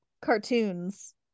cartoons